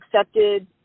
accepted